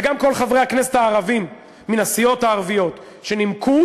וגם כל חברי הכנסת הערבים מן הסיעות הערביות שנימקו